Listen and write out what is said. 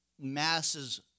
Masses